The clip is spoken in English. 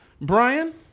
Brian